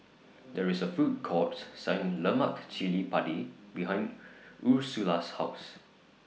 There IS A Food Court Selling Lemak Chili Padi behind Ursula's House